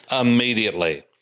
immediately